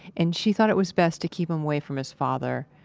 and she thought it was best to keep him away from his father.